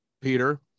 peter